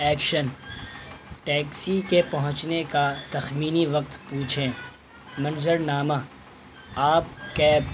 action taxi کے پہنچنے کا تخمینی وقت پوچھیں منظر نامہ آپ کیب